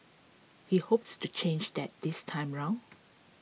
he hopes to change that this time round